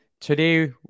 Today